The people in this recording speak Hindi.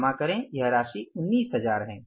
क्षमा करें यह राशि 19000 है